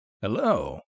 Hello